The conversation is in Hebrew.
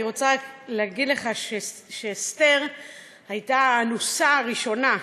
אני רוצה להגיד לך שאסתר הייתה האנוסה הראשונה.